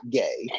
gay